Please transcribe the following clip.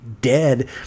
dead